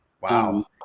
Wow